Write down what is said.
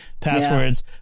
passwords